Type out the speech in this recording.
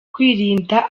kwirinda